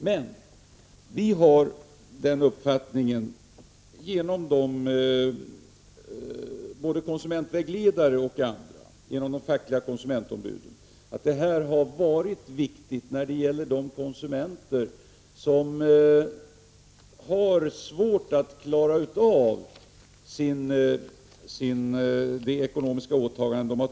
Men vi har den uppfattningen, genom kontakter med konsumentvägledare och fackliga konsumentombud, att detta har varit viktigt för de konsumenter som har svårt att klara av sina ekonomiska åtaganden.